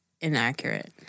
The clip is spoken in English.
inaccurate